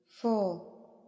four